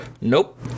nope